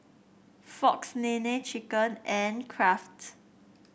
Fox Nene Chicken and Kraft